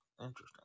interesting